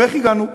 ואיך הגענו?